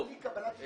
הבנתי.